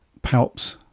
Palps